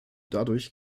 dadurch